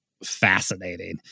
fascinating